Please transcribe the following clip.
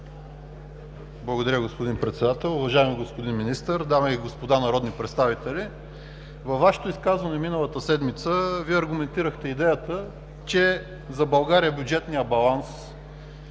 Благодаря, господин Председател. Уважаеми господин Министър, дами и господа народни представител! Във Вашето изказване миналата седмица Вие аргументирахте идеята, че за България бюджетният баланс е